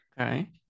Okay